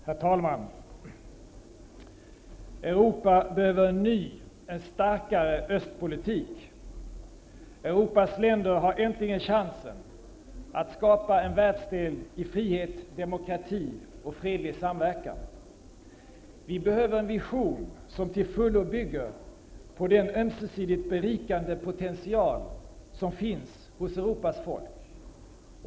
Herr talman! Europa behöver en ny, en starkare östpolitik. Europas länder har äntligen chansen att skapa en världsdel i frihet, demokrati och fredlig samverkan. Vi behöver en vision som till fullo bygger på den ömsesidigt berikande potential som finns hos Europas folk.